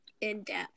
In-Depth